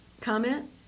comment